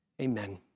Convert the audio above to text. Amen